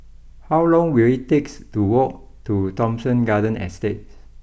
how long will it takes to walk to Thomson Garden Estate